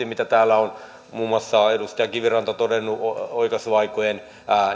mitä täällä on muun muassa edustaja kiviranta todennut oikaisuaikojen